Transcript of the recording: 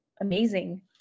amazing